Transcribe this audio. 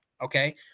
Okay